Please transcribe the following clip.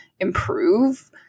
improve